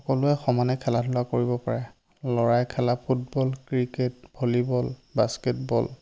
সকলোৱে সমানে খেলা ধূলা কৰিব পাৰে ল'ৰাই খেলা ফুটবল ক্ৰিকেট ভলিবল বাস্কেটবল